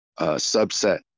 subset